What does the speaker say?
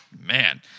Man